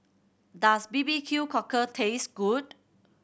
does B B Q Cockle taste good